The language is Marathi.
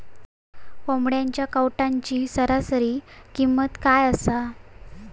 कोंबड्यांच्या कावटाची सरासरी किंमत काय असा?